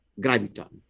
graviton